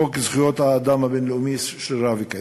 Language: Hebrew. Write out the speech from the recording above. חוק זכויות האדם הבין-לאומי, שרירה וקיימת.